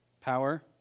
Power